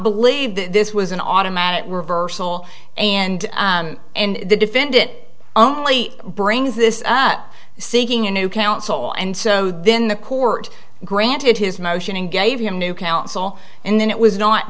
believe that this was an automatic reversal and and defend it only brings this up seeking a new counsel and so then the court granted his motion and gave him new counsel and then it was not